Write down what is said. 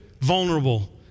vulnerable